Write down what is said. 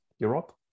Europe